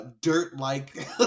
dirt-like